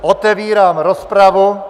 Otevírám rozpravu.